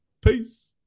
Peace